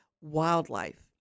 wildlife